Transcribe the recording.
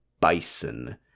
bison